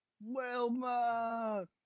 Wilma